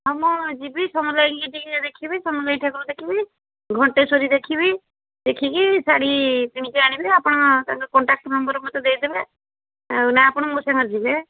ହଁ ମୁଁ ଯିବି ସମଲେଇଙ୍କି ଟିକେ ଦେଖିବି ସମଲେଇ ଠାକୁର ଦେଖିବି ଘଣ୍ଟେଶ୍ୱରୀ ଦେଖିବି ଦେଖିକି ଶାଢ଼ୀ କିଣିକି ଆଣିବି ଆପଣ ତାଙ୍କ କଣ୍ଟାକ୍ଟ୍ ନମ୍ବର୍ ମୋତେ ଦେଇଦେବେ ନା ଆପଣ ମୋ ସାଙ୍ଗରେ ଯିବେ